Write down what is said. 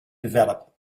develop